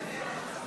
ההצעה לא התקבלה.